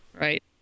right